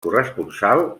corresponsal